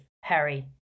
Harry